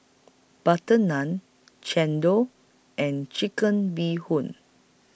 Butter Naan Chendol and Chicken Bee Hoon